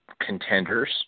contenders